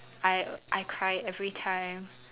I I cry every time